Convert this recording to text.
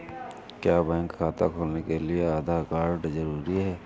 क्या बैंक खाता खोलने के लिए आधार कार्ड जरूरी है?